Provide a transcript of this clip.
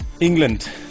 England